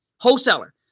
Wholesaler